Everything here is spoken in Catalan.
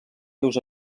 seus